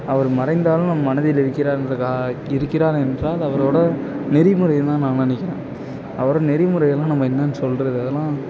அவர் மறைந்தாலும் நம்ம மனதில் இருக்கிறார் என்ற கா இருக்கிறார் என்றால் அவரோட நெறிமுறைந்தான் நான் நினக்கிறேன் அவர் நெறிமுறையெல்லாம் நம்ம என்னென்னு சொல்கிறது அதெல்லாம்